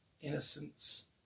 innocence